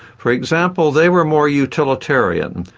for example they were more utilitarian,